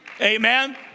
Amen